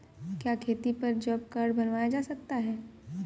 क्या खेती पर जॉब कार्ड बनवाया जा सकता है?